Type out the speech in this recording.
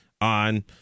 on